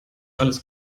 alles